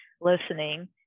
listening